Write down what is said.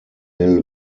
mill